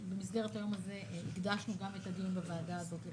ובמסגרת היום הזה הקדשנו גם את הדיון בוועדה הזאת לכך.